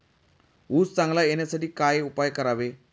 ऊस चांगला येण्यासाठी काय उपाय करावे?